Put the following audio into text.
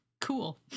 cool